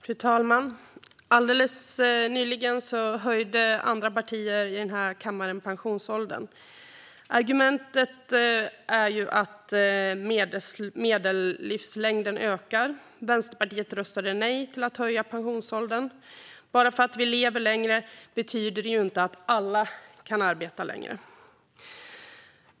Fru talman! Alldeles nyligen höjde andra partier i den här kammaren pensionsåldern. Argumentet var att medellivslängden ökar. Vänsterpartiet röstade nej till att höja pensionsåldern. Att vi lever längre betyder ju inte att alla kan arbeta längre.